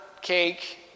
cake